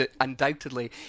undoubtedly